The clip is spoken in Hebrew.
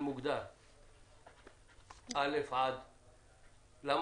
אנחנו פה